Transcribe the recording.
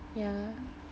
yeah